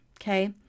okay